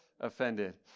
offended